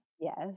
yes